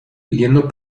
pidiendo